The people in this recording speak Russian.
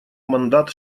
мандат